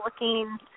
looking